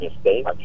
state